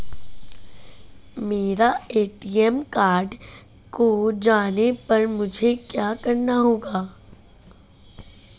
मेरा ATM card खो जाने पर मुझे क्या करना होगा?